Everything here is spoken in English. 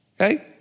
Okay